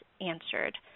answered